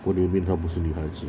what do you mean 她不是女孩子